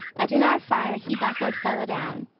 that in our fire he backward fell adown.